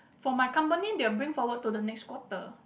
for my company they will bring forward to the next quarter